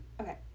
okay